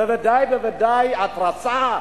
בוודאי ובוודאי התרסה,